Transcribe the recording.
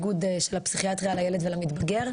איגוד של הפסיכיאטריה לילד ולמתבגר.